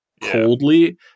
coldly